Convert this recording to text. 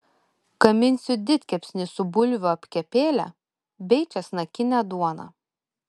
gaminsiu didkepsnį su bulvių apkepėle bei česnakine duona